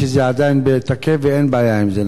2012 כן, אבל בעזרת השם,